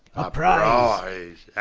prize,